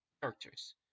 characters